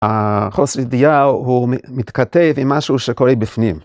‫החוסר ידיעה הוא מתכתב ‫עם משהו שקורה בפנים.